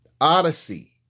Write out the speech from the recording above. Odyssey